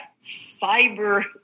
cyber